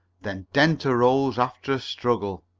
then dent arose after a struggle.